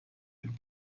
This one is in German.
dem